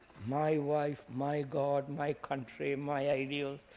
my wife, my god, my country, my ideal,